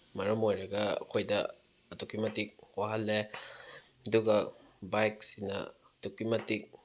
ꯃꯔꯝ ꯑꯣꯏꯔꯒ ꯑꯩꯈꯣꯏꯗ ꯑꯗꯨꯛꯀꯤ ꯃꯇꯤꯛ ꯋꯥꯍꯜꯂꯦ ꯑꯗꯨꯒ ꯕꯥꯏꯛꯁꯤꯅ ꯑꯗꯨꯛꯀꯤ ꯃꯇꯤꯛ